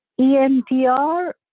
EMDR